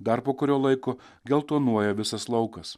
dar po kurio laiko geltonuoja visas laukas